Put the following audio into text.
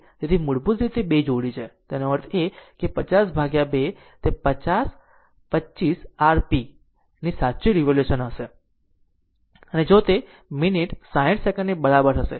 તેથી મૂળભૂત રીતે બે જોડી તેનો અર્થ 502 તે 50 25 r p ની સાચી રીવોલ્યુશન હશે અને જો તે મિનિટ 60 સેકંડની બરાબર હશે